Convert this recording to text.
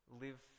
live